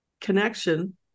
connection